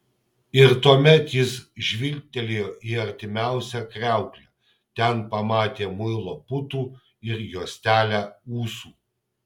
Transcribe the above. ir tuomet jis žvilgtelėjo į artimiausią kriauklę ten pamatė muilo putų ir juostelę ūsų